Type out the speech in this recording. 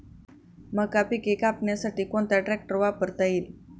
मका पिके कापण्यासाठी कोणता ट्रॅक्टर वापरता येईल?